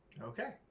Okay